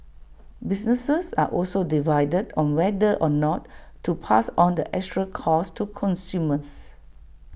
businesses are also divided on whether or not to pass on the extra costs to consumers